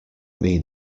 mean